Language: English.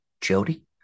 Jody